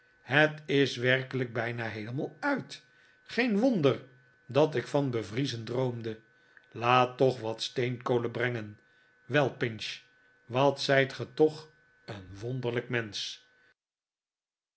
het is werkelijk bijna heelemaal uit geen wonder dat ik van bevriezen droomde laat toch wat steenkolen brengen wei pinch wat zijt ge toch een wonderlijk mensch